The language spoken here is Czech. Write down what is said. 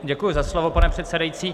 Děkuji za slovo, pane předsedající.